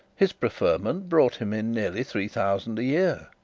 his preferment brought him in nearly three thousand a year.